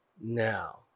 Now